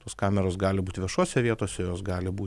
tos kameros gali būti viešose vietose jos gali būt